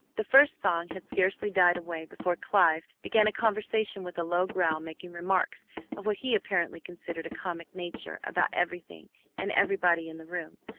the first song had scarcely died away before clive began a conversation with a low growl, making remarks of what he apparently considered a comic nature about everything and everybody in the room,